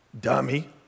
dummy